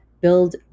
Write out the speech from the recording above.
build